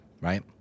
Right